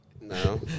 No